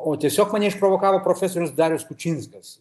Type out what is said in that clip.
o tiesiog mane išprovokavo profesorius darius kučinskas